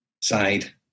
side